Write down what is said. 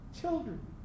children